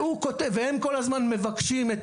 והם כל הזמן מבקשים,